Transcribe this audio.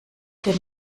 den